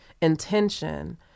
intention